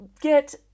get